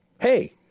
hey –